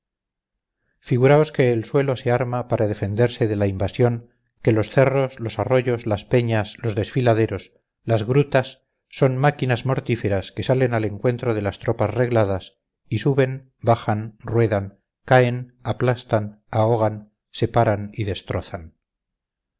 figuraos que el suelo se arma para defenderse de la invasión que los cerros los arroyos las peñas los desfiladeros las grutas son máquinas mortíferas que salen al encuentro de las tropas regladas y suben bajan ruedan caen aplastan ahogan separan y destrozan